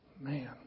Man